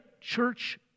church